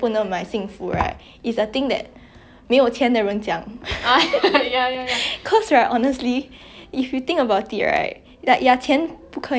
if you think about it right like ya 钱不可以买全部的东西 like even if you have a lot of money you cannot have even if like you have a lot of money your family can still be broken